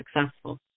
successful